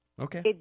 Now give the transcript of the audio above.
Okay